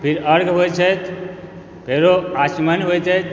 फेर अर्घ्य होइ छथि फेरो आचमन होइत अछि